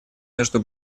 между